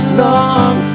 long